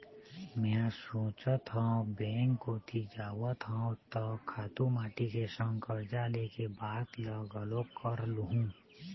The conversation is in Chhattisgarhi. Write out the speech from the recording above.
मेंहा सोचत हव बेंक कोती जावत हव त खातू माटी के संग करजा ले के बात ल घलोक कर लुहूँ